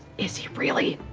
is he really?